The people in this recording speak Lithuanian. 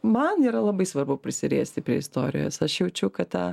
man yra labai svarbu prisiliesti prie istorijos aš jaučiu kad tą